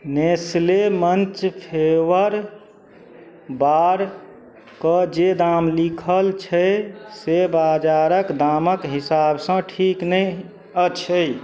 Nestle Munch flavour बारके जे दाम लिखल छै से बाजारके दामक हिसाबसँ ठीक नहि अछि छै